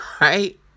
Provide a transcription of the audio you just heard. Right